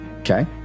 Okay